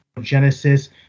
Genesis